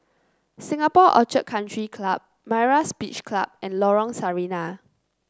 Singapore Orchid Country Club Myra's Beach Club and Lorong Sarina